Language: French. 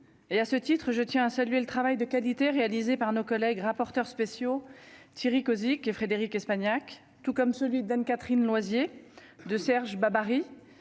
et à ce titre, je tiens à saluer le travail de qualité réalisés par nos collègues rapporteurs spéciaux, Thierry Cozic et Frédérique Espagnac, tout comme celui d'Anne-Catherine Loisier de Serge Babary